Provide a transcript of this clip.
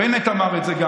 גם בנט אמר את זה.